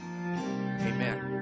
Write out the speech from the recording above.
Amen